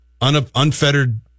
unfettered